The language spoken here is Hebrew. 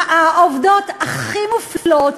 העובדות הכי מופלות,